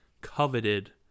coveted